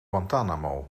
guantanamo